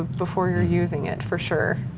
before you're using it, for sure.